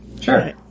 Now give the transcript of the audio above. Sure